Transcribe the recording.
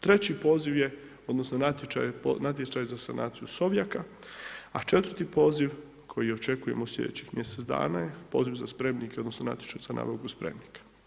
Treći poziv je, odnosno, natječaj za sanaciju Sovjaka, a četvrti poziv koji očekujemo u sljedećih mjesec dana, je poziv za spremnike, odnosno, natječaj za nabavku spremnika.